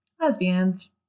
Lesbians